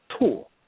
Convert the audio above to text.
tool